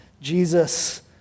Jesus